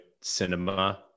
cinema